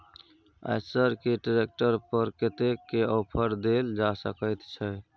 आयसर के ट्रैक्टर पर कतेक के ऑफर देल जा सकेत छै?